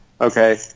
Okay